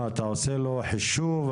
אתה עושה לו חישוב,